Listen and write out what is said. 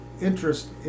Interest